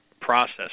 process